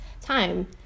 time